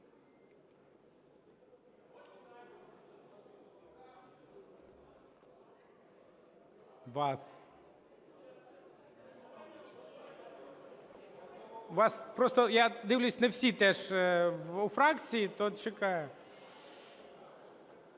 просто я дивлюсь не всі теж у фракції, то чекаю.